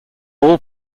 all